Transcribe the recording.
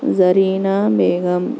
Zarina Begum